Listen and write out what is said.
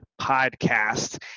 Podcast